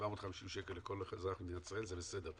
750 שקל לכל אזרח במדינת ישראל זה בסדר,